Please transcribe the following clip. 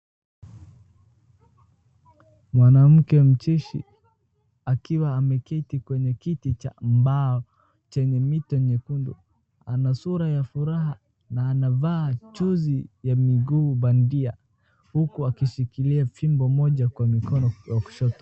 Mwanamke mcheshi akiwa ameketi kwenye kiti cha mbao chenye mito nyekundu. Ana sura ya furaha na anavaa chuzi ya miguu bandia, huku akishikilia fimbo moja kwa mkono wa kushoto.